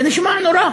זה נשמע נורא.